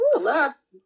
last